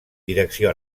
direcció